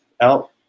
out